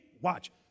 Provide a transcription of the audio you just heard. watch